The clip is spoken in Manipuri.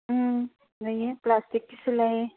ꯎꯝ ꯂꯩꯌꯦ ꯄ꯭ꯂꯥꯁꯇꯤꯛꯀꯤꯁꯨ ꯂꯩ